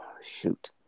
shoot